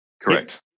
Correct